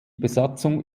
besatzung